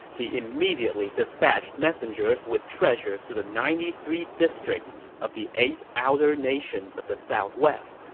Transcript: he immediately dispatched messengers with treasures to the ninety three districts of the eight outer nations of the southwest,